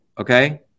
Okay